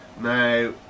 Now